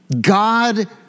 God